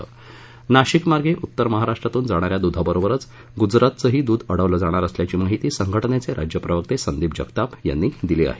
दरम्यान नाशिकमार्गे उत्तर महाराष्ट्रातुन जाणाऱ्या दुधाबरोबरच गूजरातचंही दुध अडवलं जाणार असल्याची माहिती संघटनेचे राज्य प्रवक्ते संदीप जगताप यांनी दिली आहे